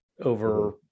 over